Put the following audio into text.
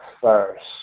first